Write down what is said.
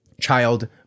child